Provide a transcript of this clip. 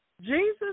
Jesus